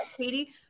Katie